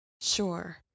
Sure